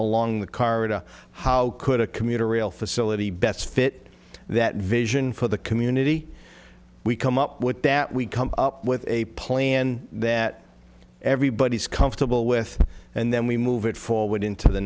corridor how could a commuter rail facility best fit that vision for the community we come up with that we come up with a plan that everybody's comfortable with and then we move it forward into the